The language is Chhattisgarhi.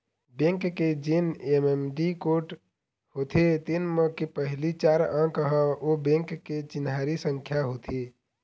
बेंक के जेन एम.एम.आई.डी कोड होथे तेन म के पहिली चार अंक ह ओ बेंक के चिन्हारी संख्या होथे